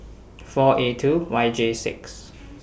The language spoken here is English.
four A two Y J six